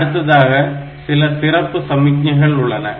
அடுத்ததாக சில சிறப்பு சமிக்ஞைகள் உள்ளன